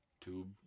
tube